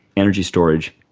energy storage,